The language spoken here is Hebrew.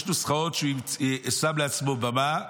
יש נוסחים שהוא שם לעצמו במה.